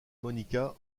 monica